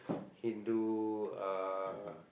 Hindu uh